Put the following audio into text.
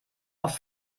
oft